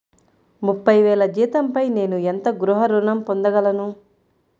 ముప్పై వేల జీతంపై నేను ఎంత గృహ ఋణం పొందగలను?